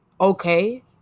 Okay